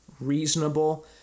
reasonable